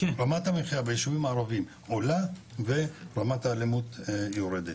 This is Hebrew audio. רמת המחיה ביישובים הערביים תעלה ורמת האלימות תרד.